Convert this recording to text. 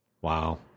Wow